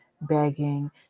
begging